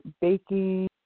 baking